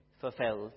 fulfilled